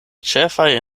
ĉefaj